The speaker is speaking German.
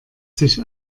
sich